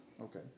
Okay